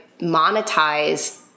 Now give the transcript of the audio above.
monetize